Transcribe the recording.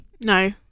No